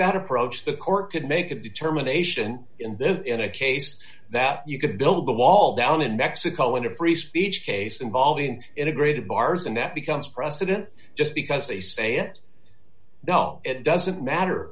that approach the court could make a determination in this case that you could build the wall down in mexico in a free speech case involving integrated bars and that becomes precedent just because they say it well it doesn't matter